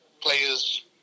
players